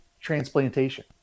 transplantation